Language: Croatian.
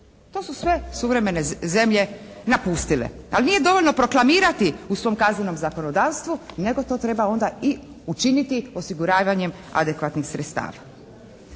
To su sve suvremene zemlje napustile, ali nije dovoljno proklamirati u svom kaznenom zakonodavstvu nego to treba onda i učiniti osiguravanjem adekvatnih sredstava.